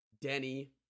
Denny